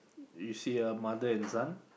you see a mother and son